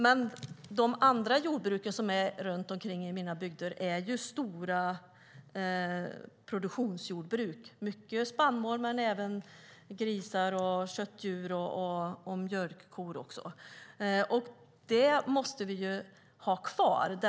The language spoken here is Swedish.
Men de andra jordbruken runt om i mina bygder är stora produktionsjordbruk med mycket spannmål men även grisar, andra köttdjur och mjölkkor. Den primärproduktionen måste vi ha kvar.